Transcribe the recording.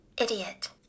Idiot